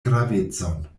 gravecon